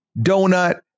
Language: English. donut